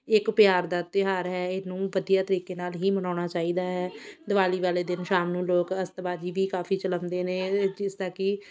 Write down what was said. ਇੱਕ ਪਿਆਰ ਦਾ ਤਿਉਹਾਰ ਹੈ ਇਹਨੂੰ ਵਧੀਆ ਤਰੀਕੇ ਨਾਲ ਹੀ ਮਨਾਉਣਾ ਚਾਹੀਦਾ ਹੈ ਦੀਵਾਲੀ ਵਾਲੇ ਦਿਨ ਸ਼ਾਮ ਨੂੰ ਲੋਕ ਆਤਿਸ਼ਬਾਜ਼ੀ ਵੀ ਕਾਫ਼ੀ ਚਲਾਉਂਦੇ ਨੇ ਜਿਸਦਾ ਕਿ